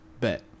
bet